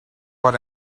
for